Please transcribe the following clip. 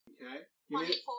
Okay